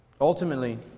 Ultimately